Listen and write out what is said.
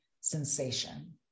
sensation